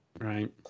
Right